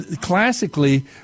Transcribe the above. classically